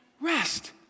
rest